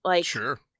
Sure